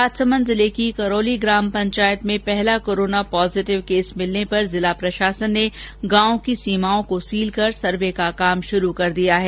राजसमंद जिले की करौली ग्राम पंचायत में पहला कोरोना पॉजिटिव केस मिलने पर जिला प्रशासन ने गांव की सीमाओं को सील कर सर्वे का काम शुरू कर दिया है